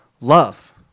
love